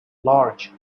large